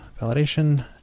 validation